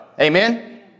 Amen